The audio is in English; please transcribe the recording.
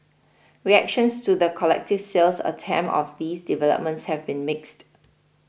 reactions to the collective sales attempt of these developments have been mixed